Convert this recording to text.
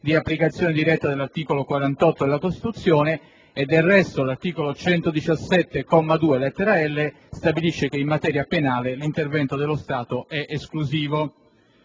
è applicazione diretta dell'articolo 48 della Costituzione; del resto, l'articolo 117, secondo comma, lettera *l*), stabilisce che in materia penale l'intervento dello Stato è esclusivo.